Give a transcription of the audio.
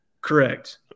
Correct